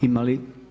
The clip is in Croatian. Ima li?